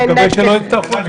נקווה שלא יצטרכו.